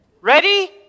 ready